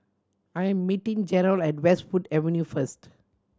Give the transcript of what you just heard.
I am meeting Jerold at Westwood Avenue first